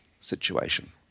situation